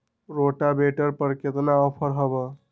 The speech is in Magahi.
रोटावेटर पर केतना ऑफर हव?